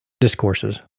Discourses